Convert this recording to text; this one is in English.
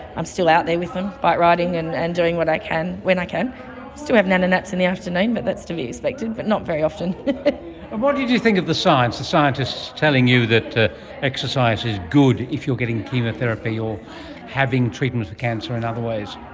i'm still out there with them, bike riding and and doing what i can when i can. i still have nanna naps in the afternoon but that's to be expected, but not very often. and what did you think of the scientists the scientists telling you that exercise is good if you are getting chemotherapy or having treatment for cancer in other ways?